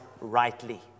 rightly